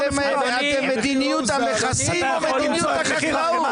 אתם במדיניות המכסים או במדיניות החקלאות?